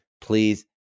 please